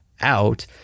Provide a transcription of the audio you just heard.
out